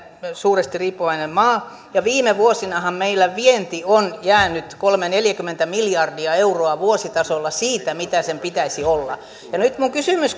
suuresti riippuvainen maa ja viime vuosinahan meillä vienti on jäänyt kolmekymmentä viiva neljäkymmentä miljardia euroa vuositasolla siitä mitä sen pitäisi olla nyt minun kysymykseni